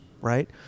right